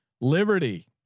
Liberty